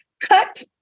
cut